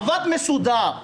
עבד מסודר.